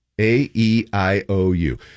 A-E-I-O-U